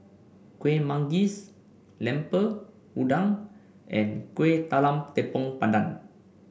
Kueh Manggis Lemper Udang and Kuih Talam Tepong Pandan